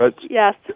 Yes